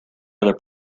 other